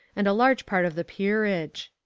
and a large part of the peerage.